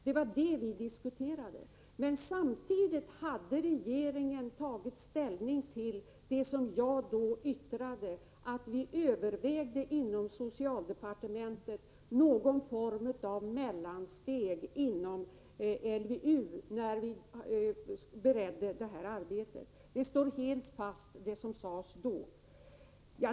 Men samtidigt framhöll jag från regeringens sida att vi i beredningen inom socialdepartementet övervägde någon form av mellansteg inom LVU. Det som vi sade då står vi helt fast vid.